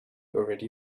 already